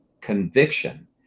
conviction